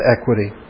equity